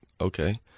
Okay